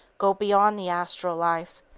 go beyond the astral life.